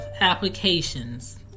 applications